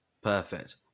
Perfect